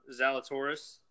Zalatoris